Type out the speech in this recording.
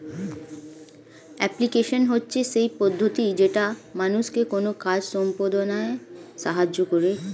application হচ্ছে সেই পদ্ধতি যেটা মানুষকে কোনো কাজ সম্পদনায় সাহায্য করে